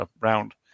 round